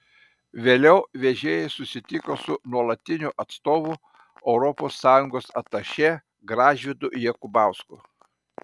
vėliau vežėjai susitiko su nuolatiniu atstovu europos sąjungos atašė gražvydu jakubausku